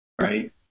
Right